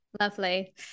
Lovely